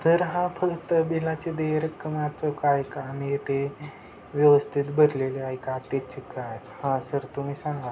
तर हा फक्त बिलाचे देय रक्कमाचं काय का मी ते व्यवस्थित भरलेले आहे का तेच काय हां सर तुम्ही सांगा